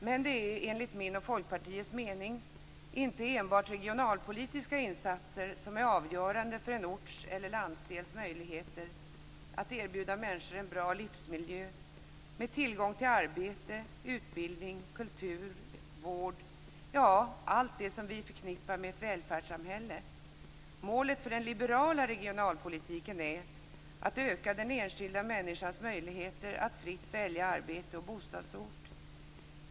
Men det är, enligt min och Folkpartiets mening, inte enbart regionalpolitiska insatser som är avgörande för en orts eller landsdels möjligheter att erbjuda människor en bra livsmiljö med tillgång till arbete, utbildning, kultur och vård - ja, allt det som vi förknippar med ett välfärdssamhälle. Målet för den liberala regionalpolitiken är att öka den enskilda människans möjligheter att fritt välja arbete och bostadsort.